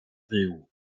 byw